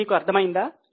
మీకు అర్థమైందా